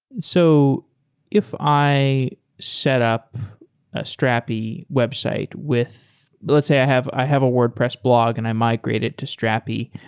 so if i set up a strapi website with let's say i have i have a wordpress blog and i migrate it to strapi,